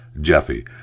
Jeffy